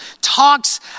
talks